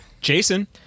Jason